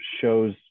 shows